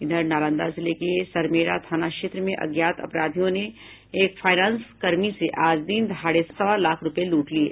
इधर नालंदा जिले के सरमेरा थाना क्षेत्र में अज्ञात अपराधियों ने एक फाइनेंस कर्मी से आज दिन दहाड़े सवा लाख रूपये लूट लिये